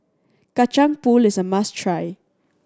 Kacang Pool is a must try